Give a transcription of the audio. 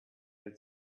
had